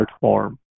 form